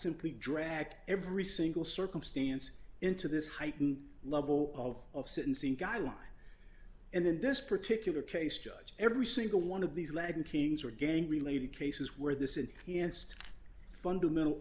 simply drag every single circumstance into this heightened level of sentencing guidelines and then this particular case judge every single one of these latin kings or gang related cases where this is a fundamental